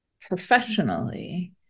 professionally